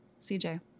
CJ